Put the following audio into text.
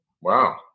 Wow